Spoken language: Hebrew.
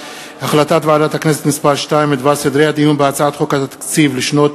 החלטת ועדת הכנסת מס' 2 בדבר סדרי הדיון בהצעת חוק התקציב לשנות